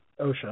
OSHA